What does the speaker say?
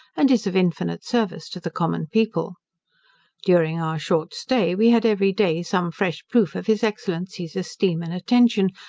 and is of infinite service to the common people during our short stay we had every day some fresh proof of his excellency's esteem and attention,